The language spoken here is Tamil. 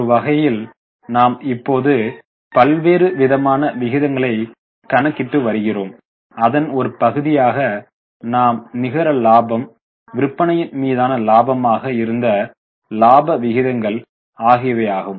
ஒரு வகையில் நாம் இப்போது பல்வேறு விதமான விகிதங்களை கணக்கிட்டு வருகிறோம் அதன் ஒரு பகுதியாக நாம் நிகர லாபம் விற்பனையின் மீதான லாபமாக இருந்த இலாப விகிதங்கள் ஆகியவையாகும்